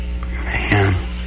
Man